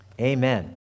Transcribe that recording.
Amen